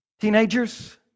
Teenagers